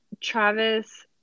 Travis